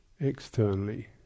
externally